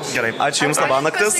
gerai ačiū jums labanaktis